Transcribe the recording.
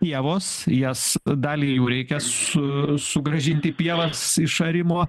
pievos į jas dalį jų reikia su sugrąžinti pievas iš arimo